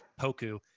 Poku